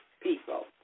people